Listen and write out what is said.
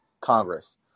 Congress